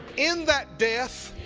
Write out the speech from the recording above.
in that death,